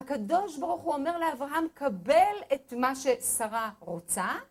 הקדוש ברוך הוא אומר לאברהם, קבל את מה ששרה רוצה.